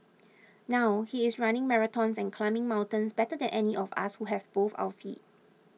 now he is running marathons and climbing mountains better than any of us who have both our feet